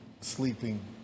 sleeping